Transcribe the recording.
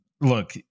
look